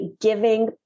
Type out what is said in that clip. giving